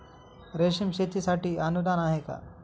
रेशीम शेतीसाठी अनुदान आहे का?